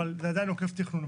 אבל זה עדיין עוקף תכנון.